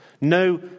no